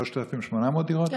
3,800 דירות, כן?